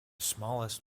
smallest